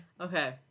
Okay